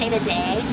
Today